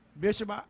Bishop